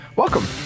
Welcome